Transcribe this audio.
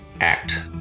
ACT